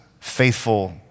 faithful